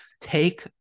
Take